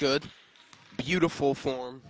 good beautiful form